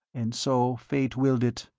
and, so fate willed it,